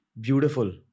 Beautiful